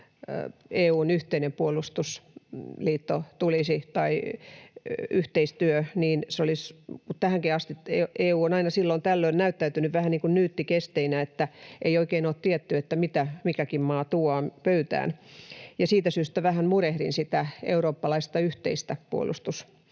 EU:n yhteinen puolustusliitto tai yhteistyö tulisi, niin se olisi... Tähänkin asti EU on aina silloin tällöin näyttäytynyt vähän niin kuin nyyttikesteinä, että ei oikein ole tiedetty, mitä mikäkin maa tuo pöytään, ja siitä syystä vähän murehdin sitä eurooppalaista yhteistä puolustuskoalitiota,